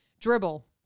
Dribble